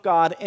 God